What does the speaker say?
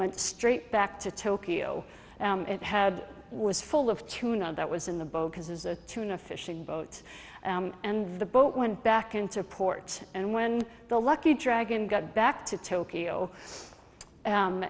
went straight back to tokyo it had was full of tuna that was in the boat because there's a tuna fishing boat and the boat went back into port and when the lucky dragon got back to tokyo